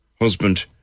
husband